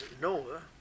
Noah